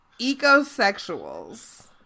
ecosexuals